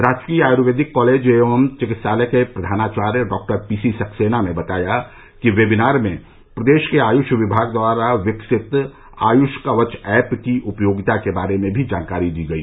राजकीय आयुर्वेदिक कॉलेज एवं चिकित्सालय के प्रधानाचार्य डॉक्टर पी सी सक्सेना ने बताया कि वेबिनार में प्रदेश के आयुष विभाग द्वारा विकसित आयुष कवच ऐप की उपयोगिता के बारे में भी जानकारी दी गई